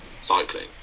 cycling